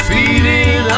Feeding